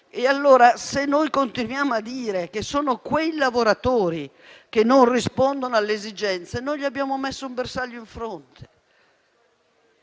Se continuiamo a dire che sono i lavoratori a non rispondere alle esigenze, noi gli abbiamo messo un bersaglio in fronte.